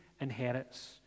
inherits